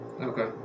Okay